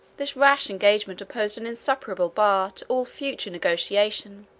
this rash engagement opposed an insuperable bar to all future negotiation.